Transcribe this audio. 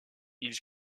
ils